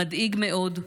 מדאיג מאוד,